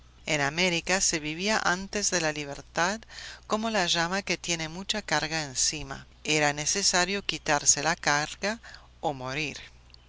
en américa se vivía antes de la libertad como la llama que tiene mucha carga encima era necesario quitarse la carga o morir